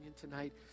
tonight